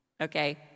okay